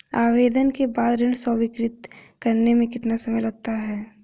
आवेदन के बाद ऋण स्वीकृत करने में कितना समय लगता है?